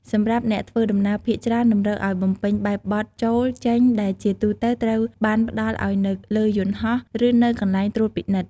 សម្រាប់អ្នកធ្វើដំណើរភាគច្រើនតម្រូវឱ្យបំពេញបែបបទចូល-ចេញ ដែលជាទូទៅត្រូវបានផ្តល់ឱ្យនៅលើយន្តហោះ ឬនៅកន្លែងត្រួតពិនិត្យ។